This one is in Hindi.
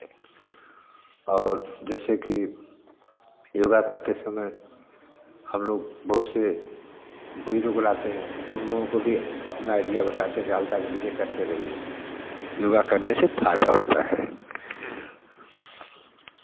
और जैसे कि योग करते समय हम लोग बहुत से बुज़ुर्ग को बुलाते हैं तो उन लोगों को भी अपना आइडिया बताते हैं कि हल्का सा ऐसे करते रहिये योग करने से फ़ायदा होता है